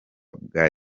bwa